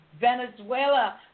Venezuela